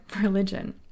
religion